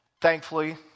Thankfully